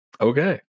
Okay